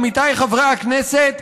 עמיתיי חברי הכנסת,